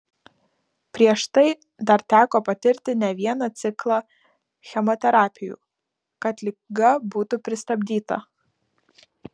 prieš tai dar teko patirti ne vieną ciklą chemoterapijų kad liga būtų pristabdyta